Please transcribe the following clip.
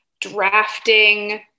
drafting